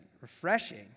Refreshing